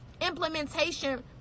implementation